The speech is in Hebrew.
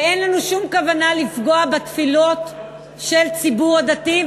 ואין לנו שום כוונה לפגוע בתפילות של הציבור הדתי,